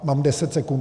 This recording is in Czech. Mám deset sekund.